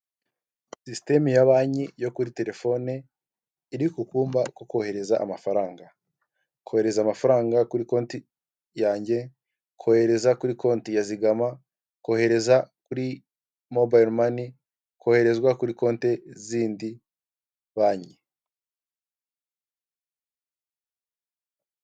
Sisitemu ya banki yo kuri telefone iri ku kumba ko kohereza amafaranga, kohereza amafaranga kuri konti yanjye, kohereza kuri konti ya zigama, kohereza kuri mobayiro mani, koherezwa kuri konti z'indi banki.